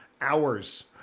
hours